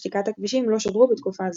ו"שתיקת הכבישים" לא שודרו בתקופה זו.